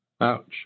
Ouch